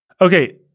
Okay